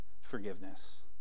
forgiveness